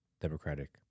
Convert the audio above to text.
democratic